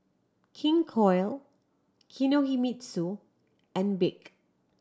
King Koil Kinohimitsu and BIC